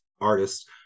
artists